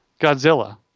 Godzilla